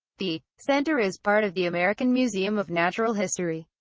the center is part of the american museum of natural history,